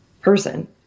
person